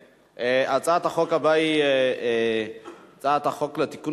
הצעת החוק הבאה היא הצעת חוק לתיקון